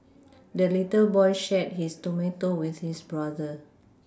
the little boy shared his tomato with his brother